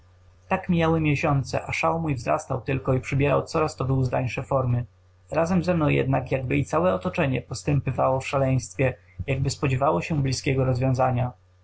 tak mijały miesiące a szał mój wzrastał tylko i przybierał coraz to wyuzdańsze formy razem ze mną jednak jakby i całe otoczenie postępywało w szaleństwie jakby spodziewało się blizkiego rozwiązania